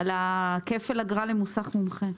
על כפל האגרה למוסך מומחה.